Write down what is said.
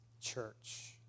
church